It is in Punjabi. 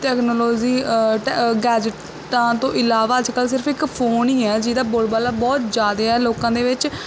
ਟੈਕਨਲੋਜੀ ਟੇ ਗੈਜੇਟਾਂ ਤੋਂ ਇਲਾਵਾ ਅੱਜ ਕੱਲ੍ਹ ਸਿਰਫ ਇੱਕ ਫੋਨ ਹੀ ਹੈ ਜਿਹਦਾ ਬੋਲਬਾਲਾ ਬਹੁਤ ਜ਼ਿਆਦਾ ਆ ਲੋਕਾਂ ਦੇ ਵਿੱਚ